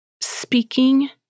speaking